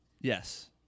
Yes